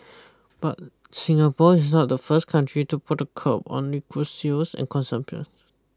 but Singapore is not the first country to put a curb on liquor sales and consumption